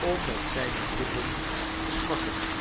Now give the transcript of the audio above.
om met zijne lippen te smakken